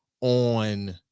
on